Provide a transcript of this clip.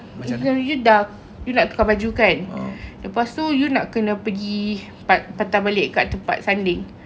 bila you dah you nak tukar baju kan lepas tu you nak kena pergi pat~ patah balik kat tempat sanding